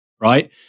right